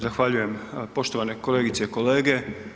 Zahvaljujem poštovane kolegice i kolege.